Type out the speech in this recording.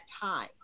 time